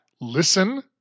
listen